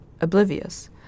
oblivious